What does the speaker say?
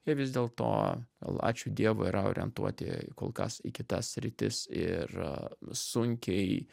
jie vis dėlto ačiū dievui yra orientuoti kol kas į kitas sritis ir sunkiai